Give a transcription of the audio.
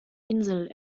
insel